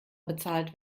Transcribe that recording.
bezahlt